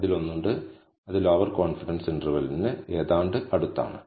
അതിലൊന്നുണ്ട് അത് lower confidence ഇന്റർവെൽക്ക് ഏതാണ്ട് അടുത്താണ്